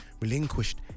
relinquished